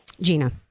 Gina